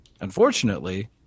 unfortunately